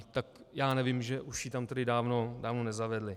Tak já nevím, že už ji tam tedy dávno nezavedli.